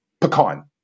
pecan